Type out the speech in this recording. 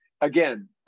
again